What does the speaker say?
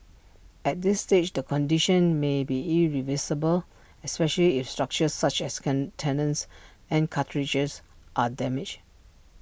at this stage the condition may be irreversible especially if structures such as con tendons and are damaged